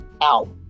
Ow